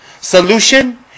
solution